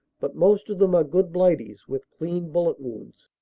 but most of them are good blighties, with clean bullet wounds.